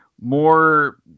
more